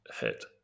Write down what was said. hit